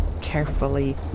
carefully